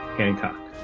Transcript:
hancock.